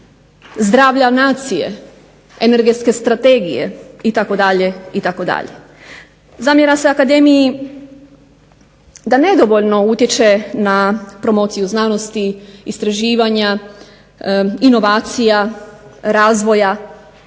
zdravlja nacije, energetske strategije itd. Zamjera se akademiji da nedovoljno utječe na promociju znanosti, istraživanja, inovacija, razvoja,